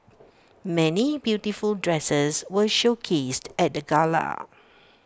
many beautiful dresses were showcased at the gala